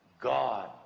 god